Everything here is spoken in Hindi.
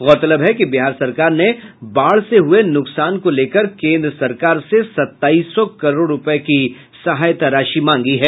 गौरतलब है कि बिहार सरकार ने बाढ़ से हुये नुकसान को लेकर केंद्र सरकार से सत्ताईस सौ करोड़ रूपये की सहायता राशि मांगी है